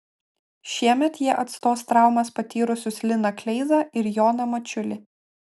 šiemet jie atstos traumas patyrusius liną kleizą ir joną mačiulį